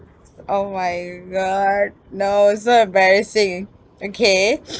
oh my god no so embarrassing okay